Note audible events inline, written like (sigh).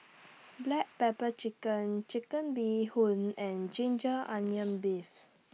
(noise) Black Pepper Crab Chicken Bee Hoon and Ginger Onions Beef